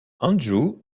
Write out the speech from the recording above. andrews